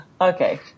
Okay